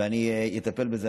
ואני אטפל בזה.